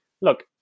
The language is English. look